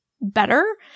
better